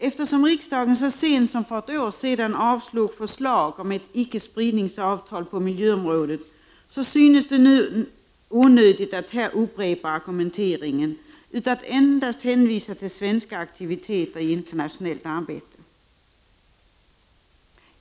Eftersom riksdagen så sent som för ett år sedan avslog förslag om ett ickespridningsavtal på miljöområdet, synes det mig onödigt att här upprepa argumenteringen. Jag skall endast hänvisa till svenska aktiviteter i internationellt arbete.